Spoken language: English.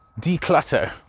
declutter